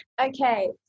okay